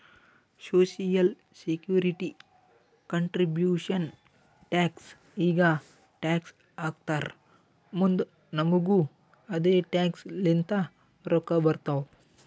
social security contribution tax ಈಗ tax ಹಾಕ್ತಾರ್ ಮುಂದ್ ನಮುಗು ಅದೆ ಟ್ಯಾಕ್ಸ್ ಲಿಂತ ರೊಕ್ಕಾ ಬರ್ತಾವ್